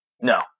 No